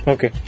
Okay